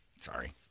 Sorry